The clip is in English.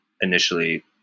initially